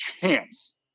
chance